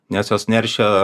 nes jos neršia